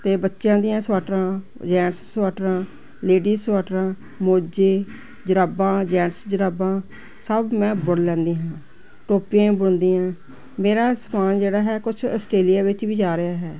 ਅਤੇ ਬੱਚਿਆਂ ਦੀਆਂ ਸਵੈਟਰਾਂ ਜੈਂਟਸ ਸਵੈਟਰਾਂ ਲੇਡੀ ਸਵੈਟਰਾਂ ਮੋਜੇ ਜੁਰਾਬਾਂ ਜੈਂਟਸ ਜੁਰਾਬਾਂ ਸਭ ਮੈਂ ਬੁਣ ਲੈਂਦੀ ਹਾਂ ਟੋਪੀਆਂ ਬੁਣਦੀ ਹਾਂ ਮੇਰਾ ਸਮਾਨ ਜਿਹੜਾ ਹੈ ਕੁਛ ਆਸਟ੍ਰੇਲੀਆ ਵਿੱਚ ਵੀ ਜਾ ਰਿਹਾ ਹੈ